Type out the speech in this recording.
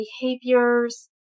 behaviors